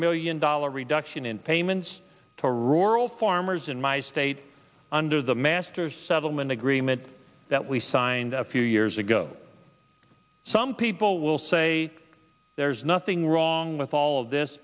million dollars reduction in payments to rural farmers in my state under the master settlement agreement that we signed a few years ago some people will say there's nothing wrong with all of this